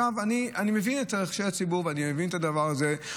אני מבין את רחשי הציבור, אני מבין את הדבר הזה.